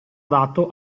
adatto